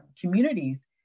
communities